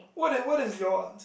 what is what is your answer